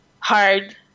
hard